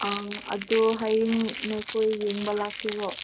ꯑꯥ ꯑꯗꯨ ꯍꯌꯦꯡ ꯅꯈꯣꯏ ꯌꯦꯡꯕ ꯂꯥꯛꯀꯦꯔꯣ